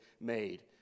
made